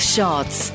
Shots